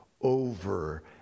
over